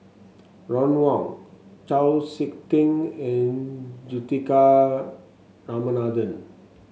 Ron Wong Chau SiK Ting and Juthika Ramanathan